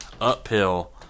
uphill